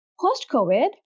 Post-COVID